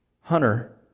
Hunter